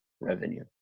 revenue